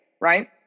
right